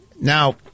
Now